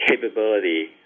capability